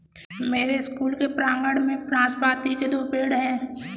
मेरे स्कूल के प्रांगण में नाशपाती के दो पेड़ हैं